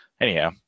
Anyhow